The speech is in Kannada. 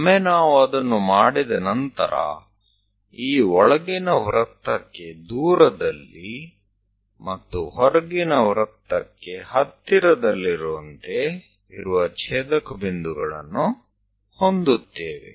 ಒಮ್ಮೆ ನಾವು ಅದನ್ನು ಮಾಡಿದ ನಂತರ ಈ ಒಳಗಿನ ವೃತ್ತಕ್ಕೆ ದೂರದಲ್ಲಿ ಮತ್ತು ಹೊರಗಿನ ವೃತ್ತಕ್ಕೆ ಹತ್ತಿರದಲ್ಲಿರುವಂತೆ ಇರುವ ಛೇದಕ ಬಿಂದುಗಳನ್ನು ಹೊಂದುತ್ತೇವೆ